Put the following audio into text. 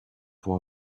pour